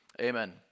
Amen